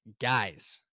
Guys